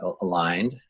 aligned